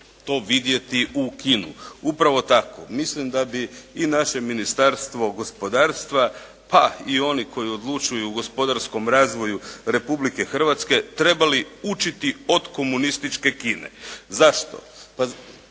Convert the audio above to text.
to vidjeti u Kinu. Upravo tako, mislim da bi i naše Ministarstvo gospodarstva, pa i oni koji odlučuju o gospodarskom razvoju Republike Hrvatske, trebali učiti od komunističke Kine. Zašto?